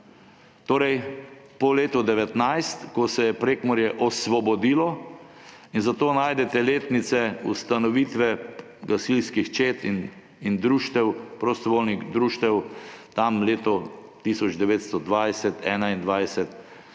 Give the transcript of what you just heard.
Torej po letu 1919, ko se je Prekmurje osvobodilo, in zato najdete letnice ustanovitve gasilskih čet in društev, prostovoljnih društev tam leta 1920,